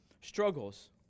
Struggles